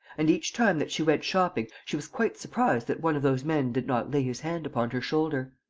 and, each time that she went shopping, she was quite surprised that one of those men did not lay his hand upon her shoulder.